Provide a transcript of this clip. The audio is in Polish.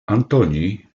antoni